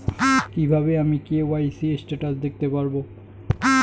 কিভাবে আমি KYC status দেখতে পারবো?